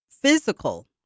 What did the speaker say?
physical